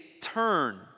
turn